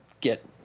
get